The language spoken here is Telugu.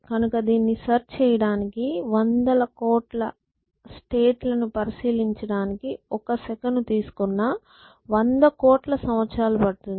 కనుక దీన్ని సెర్చ్ చేయడానికి వంద కోట్ల స్టేట్ లను పరిశీలించడానికి ఒక సెకను తీసుకున్న వంద కోట్ల సంవత్సరాలు పడుతుంది